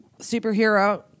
superhero